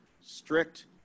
strict